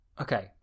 Okay